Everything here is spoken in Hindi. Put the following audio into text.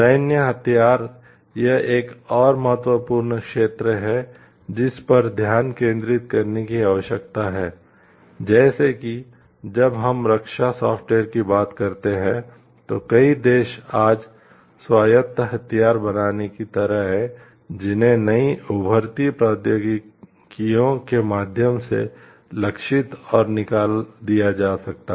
सैन्य हथियार यह एक और महत्वपूर्ण क्षेत्र है जिस पर ध्यान केंद्रित करने की आवश्यकता है जैसे कि जब हम रक्षा सॉफ्टवेयर की बात करते हैं तो कई देश आज स्वायत्त हथियार बनाने की तरह हैं जिन्हें नई उभरती प्रौद्योगिकियों के माध्यम से लक्षित और निकाल दिया जा सकता है